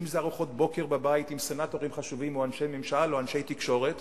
ארוחות בוקר בבית עם סנטורים חשובים או אנשי ממשל או אנשי תקשורת,